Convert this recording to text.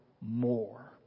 more